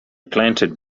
planted